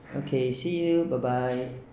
okay see you bye bye